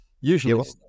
usually